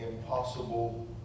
impossible